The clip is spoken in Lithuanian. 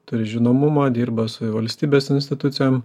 turi žinomumą dirba su valstybės institucijom